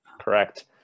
correct